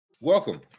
Welcome